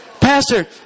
Pastor